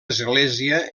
església